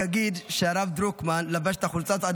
אני רק אגיד שהרב דרוקמן לבש את החולצה הזאת עד